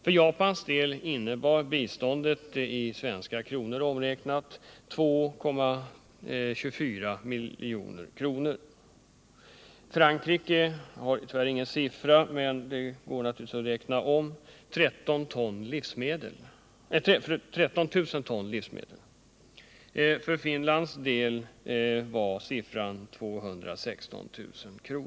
För Japans del innebar biståndet omräknat i svenska kronor 2,24 milj.kr. Frankrike anger tyvärr inget belopp, men det går naturligtvis att räkna om värdet av 13 000 ton livsmedel. För Finlands del var siffran 216 000 kr.